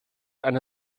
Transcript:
eine